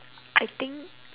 I think